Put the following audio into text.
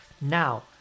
Now